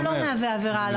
או לא מהווה עבירה על החוק.